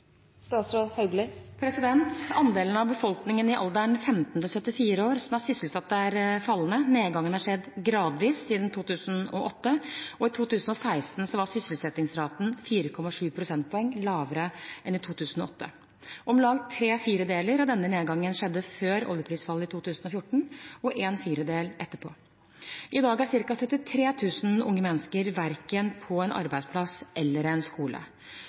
alderen 15–74 år som er sysselsatt, er fallende. Nedgangen har skjedd gradvis siden 2008, og i 2016 var sysselsettingsraten 4,7 prosentpoeng lavere enn i 2008. Om lag tre firedeler av denne nedgangen skjedde før oljeprisfallet i 2014 og en firedel etterpå. I dag er ca. 73 000 unge mennesker verken på en arbeidsplass eller skole.